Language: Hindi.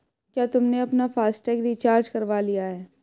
क्या तुमने अपना फास्ट टैग रिचार्ज करवा लिया है?